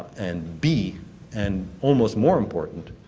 and b and almost more important,